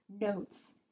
notes